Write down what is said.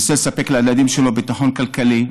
מנסה לספק לילדים שלו ביטחון כלכלי,